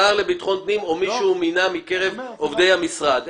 זה יהיה השר לביטחון הפנים או מי שהוא מינה מקרב עובדי המשרד.